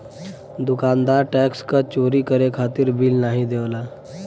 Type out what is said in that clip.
दुकानदार टैक्स क चोरी करे खातिर बिल नाहीं देवला